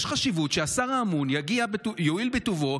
יש חשיבות לכך שהשר האמון יואיל בטובו,